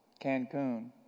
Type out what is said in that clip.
Cancun